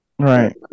right